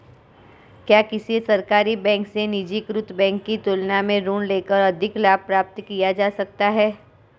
क्या किसी सरकारी बैंक से निजीकृत बैंक की तुलना में ऋण लेकर अधिक लाभ प्राप्त किया जा सकता है?